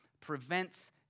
prevents